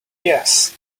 yes